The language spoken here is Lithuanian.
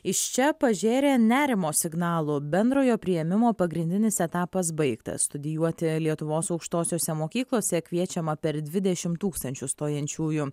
iš čia pažėrė nerimo signalų bendrojo priėmimo pagrindinis etapas baigtas studijuoti lietuvos aukštosiose mokyklose kviečiama per dvidešim tūkstančių stojančiųjų